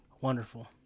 Wonderful